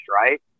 right